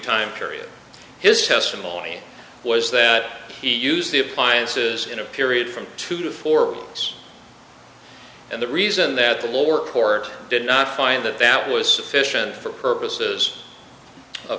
period his testimony was that he used the appliances in a period from two to four and the reason that the lower court did not find that that was sufficient for purposes of